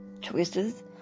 choices